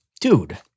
dude